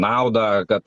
naudą kad